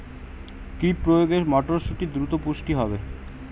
কি প্রয়োগে মটরসুটি দ্রুত পুষ্ট হবে?